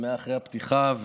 אחרי הפתיחה,